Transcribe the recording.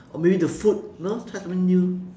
or maybe the food you know try something new